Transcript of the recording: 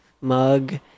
mug